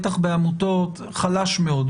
בטח בעמותות - חלש מאוד.